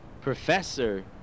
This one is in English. professor